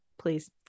Please